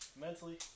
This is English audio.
Mentally